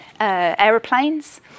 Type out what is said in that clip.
aeroplanes